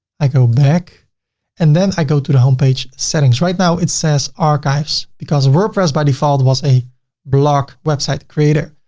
i go back and then i go to the homepage settings. right now, it says archives because wordpress by default was a block website creator,